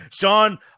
Sean